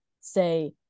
say